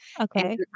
okay